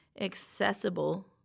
accessible